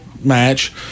match